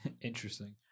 Interesting